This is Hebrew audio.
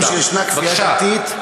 בבקשה.